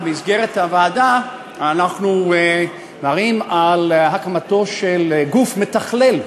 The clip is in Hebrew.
במסגרת הוועדה אנחנו מדברים על הקמתו של גוף מתכלל,